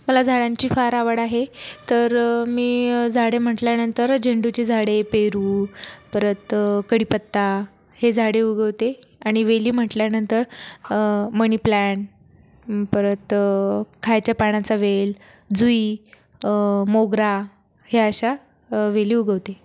मला झाडांची फार आवड आहे तर मी झाडे म्हटल्यानंतर झेंडूची झाडे पेरू परत कढीपत्ता हे झाडे उगवते आणि वेली म्हटल्यानंतर मनी प्लांट परत खायच्या पानांचा वेल जुई मोगरा हे अशा वेली उगवते